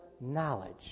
knowledge